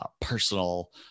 personal